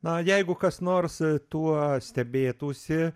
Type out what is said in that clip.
na jeigu kas nors tuo stebėtųsi